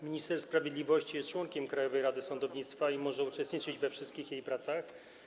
Minister sprawiedliwości jest członkiem Krajowej Rady Sądownictwa i może uczestniczyć we wszystkich jej pracach.